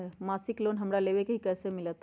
मासिक लोन हमरा लेवे के हई कैसे मिलत?